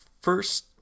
first